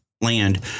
land